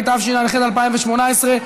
התשע"ח 2018,